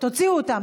תוציאי אותם.